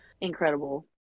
incredible